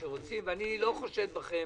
אני לא חושד בכם